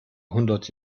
hundert